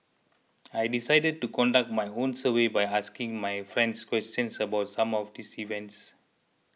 I decided to conduct my own survey by asking my friends questions about some of these events